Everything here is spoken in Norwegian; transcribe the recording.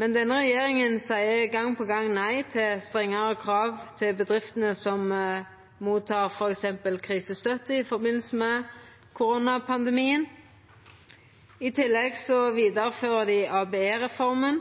Men denne regjeringa seier gong på gong nei til strengare krav til bedriftene som tek imot f.eks. krisestøtte i samband med koronapandemien. I tillegg vidarefører dei